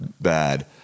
bad